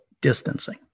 distancing